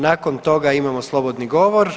Nakon toga imamo slobodni govor.